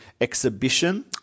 exhibition